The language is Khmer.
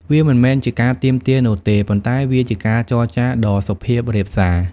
វាមិនមែនជាការទាមទារនោះទេ ប៉ុន្តែវាជាការចរចាដ៏សុភាពរាបសារ។